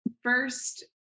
first